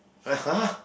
like har